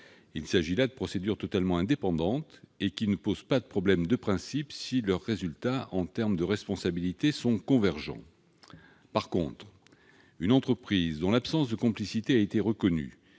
Il s'agit là de procédures totalement indépendantes, ce qui ne pose pas de problème de principe si leurs résultats sont convergents. En revanche, une entreprise dont l'absence de complicité a été reconnue